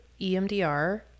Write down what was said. EMDR